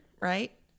right